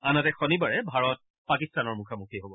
আনহাতে শনিবাৰে ভাৰত পাকিস্তানৰ মুখামুখি হব